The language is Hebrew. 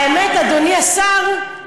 אדוני השר,